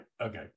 okay